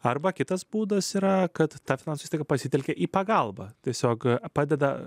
arba kitas būdas yra kad ta finansus tik pasitelkė į pagalbą tiesiog padeda